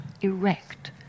erect